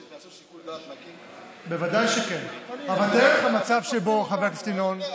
אתם לא סומכים על חברי כנסת שיעשו שיקול דעת מתאים?